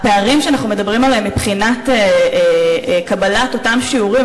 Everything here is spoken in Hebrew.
הפערים שאנחנו מדברים עליהם מבחינת קבלת אותם שיעורים,